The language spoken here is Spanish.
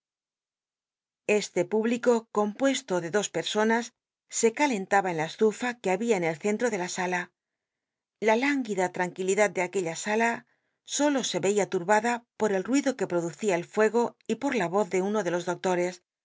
este público compuesto de dos personas se calentaba en la estufa que había en el centro de la sala la lánguida tjancjuilidad de aquella sala solo se eia turbada por el ruido que j roducia el fuego y po la voz de uno de los doctores